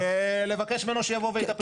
ולבקש ממנו שיבוא ויטפל.